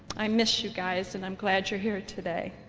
i miss you guys and i'm glad you're here today.